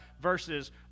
verses